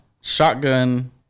shotgun